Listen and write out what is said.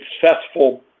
successful